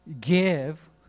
give